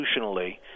institutionally